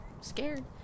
scared